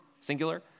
singular